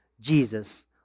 Jesus